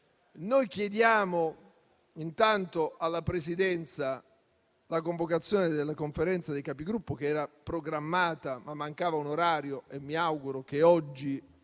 Noi chiediamo, innanzi tutto, alla Presidenza la convocazione della Conferenza dei Capigruppo che era già programmata, ma mancava l'orario. Mi auguro che si